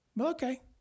okay